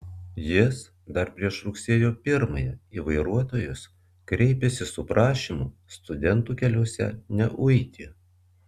jis dar prieš rugsėjo pirmąją į vairuotojus kreipėsi su prašymu studentų keliuose neuiti